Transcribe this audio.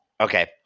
Okay